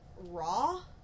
raw